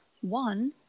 one